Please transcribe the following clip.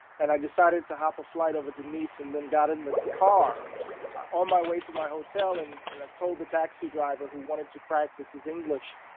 and i decided to hop a flight over to nice and then got in the car on my way to my hotel. and and i told the taxi driver who wanted to practice his english,